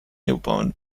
newborn